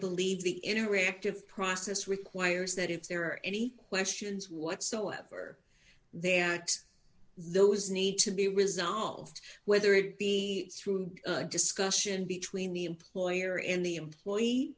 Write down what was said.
believe the interactive process requires that if there are any questions whatsoever then act those need to be resolved whether it be through a discussion between the employer in the employee